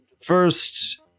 First